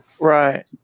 Right